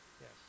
Yes